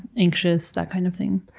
anxious. that kind of thing.